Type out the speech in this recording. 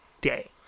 day